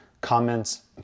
comments